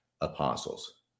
apostles